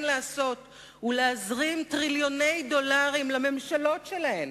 לעשות הוא להזרים טריליוני דולרים לממשלות שלהן,